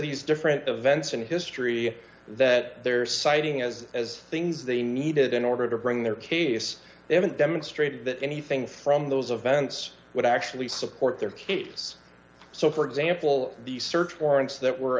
these different events in history that they're citing as as things they needed in order to bring their case they haven't demonstrated that anything from those events would actually support their case so for example the search warrants that were